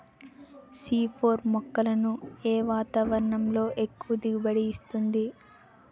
C four మొక్కలను ఏ వాతావరణంలో ఎక్కువ దిగుబడి ఇస్తుంది?